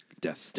Death